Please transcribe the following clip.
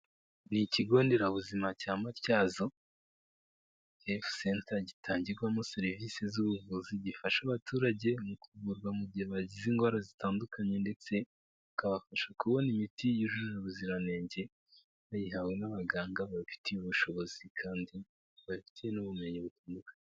Ni ikigo nderabuzima cya Matyazo Health center gitangirwamo serivisi z'ubuvuzi gifasha abaturage mu kuvurwa mu gihe bazize indwara zitandukanye ndetse bakabafasha kubona imiti yujuje ubuziranenge bayihawe n'abaganga babifitiye ubushobozi kandi babifitiye n'ubumenyi bukuru.